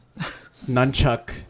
nunchuck